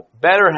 better